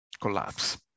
collapse